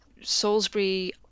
Salisbury